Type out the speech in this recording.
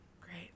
great